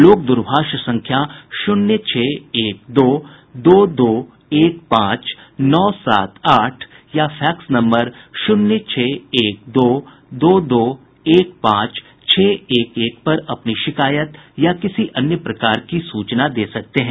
लोग दूरभाष संख्या शून्य छह एक दो दो दो एक पांच नौ सात आठ या फैक्स नम्बर शून्य छह एक दो दो दो एक पांच छह एक एक पर अपनी शिकायत या किसी अन्य प्रकार की सूचना दे सकते हैं